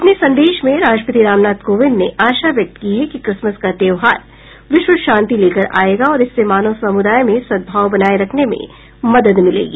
अपने संदेश में राष्ट्रपति रामनाथ कोविंद ने आशा व्यक्त की है कि क्रिसमस का त्यौहार विश्वशांति लेकर आएगा और इससे मानव समुदाय में सद्भाव बनाए रखने में मदद मिलेगी